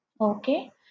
okay